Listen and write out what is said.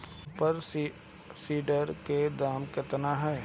Super seeder के दाम केतना ह?